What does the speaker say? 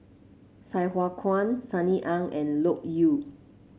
Sai Hua Kuan Sunny Ang and Loke Yew